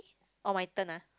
orh my turn ah